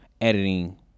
editing